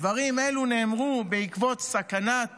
דברים אלו נאמרו בעקבות סכנת